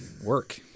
work